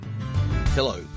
Hello